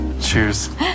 Cheers